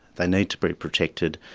they need to be protected,